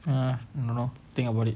err don't know think about it